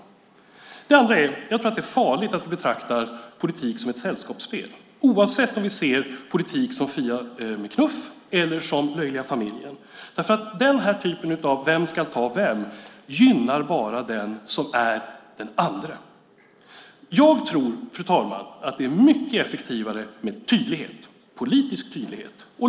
För det andra tror jag att det är farligt att vi betraktar politik som ett sällskapsspel, oavsett om vi ser politik som Fia med knuff eller som Löjliga familjen, därför att den här typen av vem ska ta vem gynnar bara den som är den andre. Jag tror, fru talman, att det är mycket effektivare med tydlighet, politisk tydlighet.